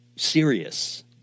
serious